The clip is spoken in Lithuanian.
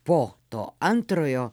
po to antrojo